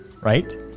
Right